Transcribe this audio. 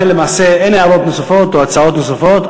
לכן למעשה אין הערות נוספות או הצעות נוספות.